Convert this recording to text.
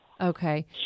Okay